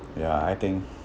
ya I think